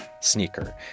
sneaker